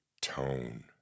tone